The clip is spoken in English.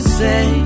say